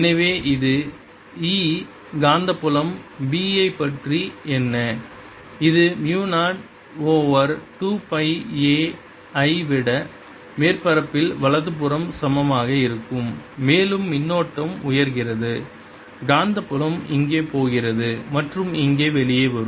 எனவே இது E காந்தப்புலம் B ஐப் பற்றி என்ன இது mu naught over 2 pi a I விட மேற்பரப்பில் வலதுபுறம் சமமாக இருக்கும் மேலும் மின்னோட்டம் உயர்கிறது காந்தப்புலம் இங்கே போகிறது மற்றும் இங்கே வெளியே வரும்